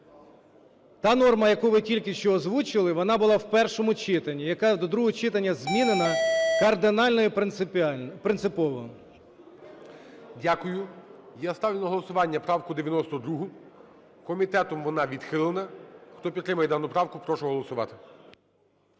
Та норма, яку ви тільки що озвучили, вона була в першому читанні, яка до другого читання змінена кардинально і принципово. ГОЛОВУЮЧИЙ. Дякую. Я ставлю на голосування правку 92. Комітетом вона відхилена. Хто підтримує дану правку, прошу голосувати.